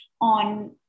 on